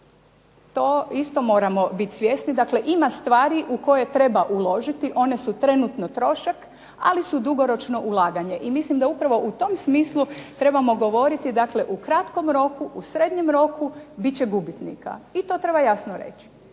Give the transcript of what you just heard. To isto moramo biti svjesni. Dakle, ima stvari u koje treba uložiti, one su trenutno trošak, ali su dugoročno ulaganje. I mislim da upravo u tom smislu trebamo govoriti da u kratkom roku, u srednjem roku bit će gubitnika. I to treba jasno reći.